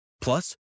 Plus